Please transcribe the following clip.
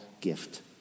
gift